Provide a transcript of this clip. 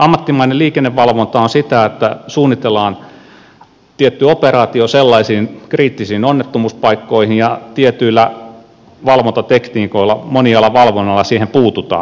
ammattimainen liikennevalvonta on sitä että suunnitellaan tietty operaatio sellaisiin kriittisiin onnettomuuspaikkoihin ja tietyillä valvontatekniikoilla monialavalvonnalla siihen puututaan